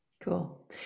Cool